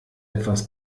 etwas